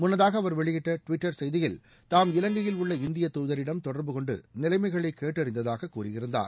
முன்னதாக அவர் வெளியிட்ட டுவிட்டர் செய்தியில் தாம் இலங்கையில் உள்ள இந்திய தூதரிடம் தொடர்பு கொண்டு நிலைமைகளை கேட்டறிந்ததாக கூறியிருந்தார்